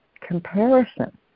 comparison